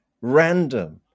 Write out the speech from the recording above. random